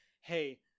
hey